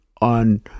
on